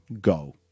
go